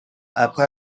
après